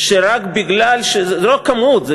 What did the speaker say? שרק בגלל, זה לא כמות.